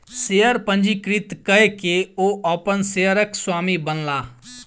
share पंजीकृत कय के ओ अपन शेयरक स्वामी बनला